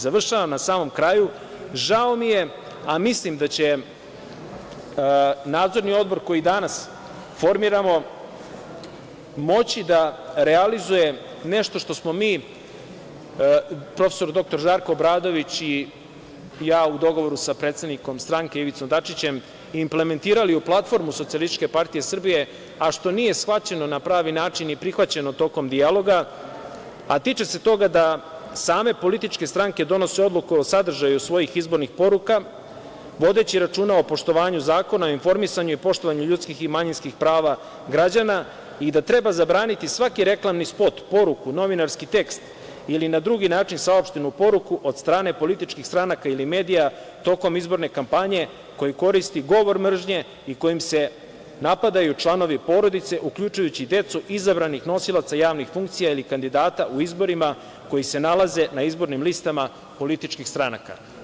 Na samom kraju, žao mi je, a mislim da će Nadzorni odbor koji danas formiramo moći da realizuje nešto što smo mi, prof. dr Žarko Obradović i ja, u dogovoru sa predsednikom stranke Ivicom Dačićem, implementirali u platformu SPS, a što nije shvaćeno na pravi način i prihvaćeno tokom dijaloga, a tiče se toga da same političke stranke donose odluku o sadržaju svojih izbornih poruka, vodeći računa o poštovanju Zakona o informisanju i poštovanju ljudskih i manjinskih prava građana i da treba zabraniti svaki reklamni spot, poruku, novinarski tekst ili na drugi način saopštenu poruku od strane političkih stranaka ili medija tokom izborne kampanje koji koristi govor mržnje i kojim se napadaju članovi porodice, uključujući decu izabranih nosilaca javnih funkcija ili kandidata u izborima koji se nalaze na izbornim listama političkih stranaka.